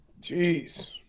Jeez